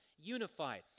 unified